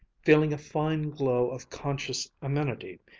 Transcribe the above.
feeling a fine glow of conscious amenity,